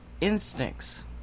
instincts